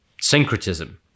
syncretism